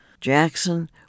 Jackson